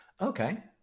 Okay